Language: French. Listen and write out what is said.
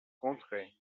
rentrée